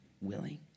willing